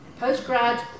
postgrad